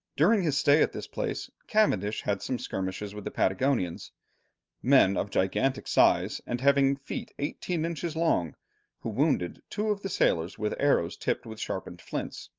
during his stay at this place cavendish had some skirmishes with the patagonians men of gigantic size, and having feet eighteen inches long who wounded two of the sailors with arrows tipped with sharpened flints.